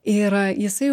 ir jisai